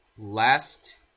last